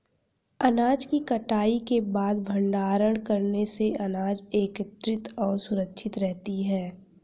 अनाज की कटाई के बाद भंडारण करने से अनाज एकत्रितऔर सुरक्षित रहती है